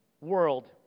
world